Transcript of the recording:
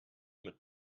mit